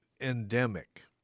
endemic